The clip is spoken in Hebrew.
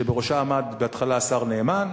שבראשה עמד בהתחלה השר נאמן,